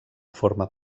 forma